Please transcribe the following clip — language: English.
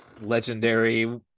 legendary